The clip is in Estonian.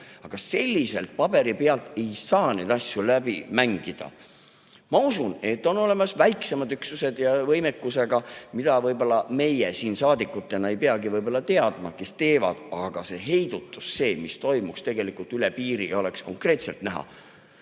Aga selliselt, paberi peal ei saa neid asju läbi mängida. Ma usun, et on olemas väiksemad üksused oma võimekusega, mida võib-olla meie saadikutena ei peagi teadma, kes [midagi] teevad. Aga heidutus, see, mis toimiks tegelikult üle piiri, peab olema konkreetselt näha.